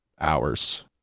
hours